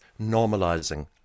normalizing